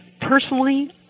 personally